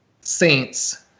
Saints